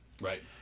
Right